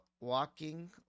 Walking